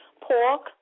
Pork